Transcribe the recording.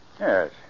Yes